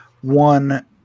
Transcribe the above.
one